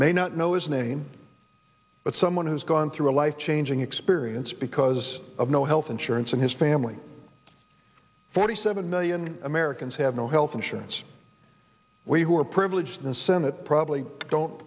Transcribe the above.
may not know his name but someone who's gone through a life changing experience because of no health insurance and his family forty seven million americans have no health insurance we who are privileged and senate probably don't